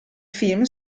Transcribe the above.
film